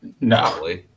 No